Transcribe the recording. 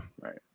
Right